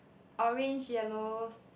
orange yellow